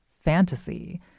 fantasy